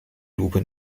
lupe